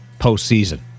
postseason